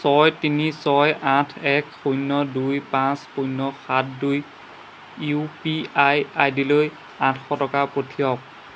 ছয় তিনি ছয় আঠ এক শূন্য দুই পাঁচ শূন্য সাত দুই ইউ পি আই আই ডিলৈ আঠশ টকা পঠিৱাওক